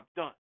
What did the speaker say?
done